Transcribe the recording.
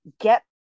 get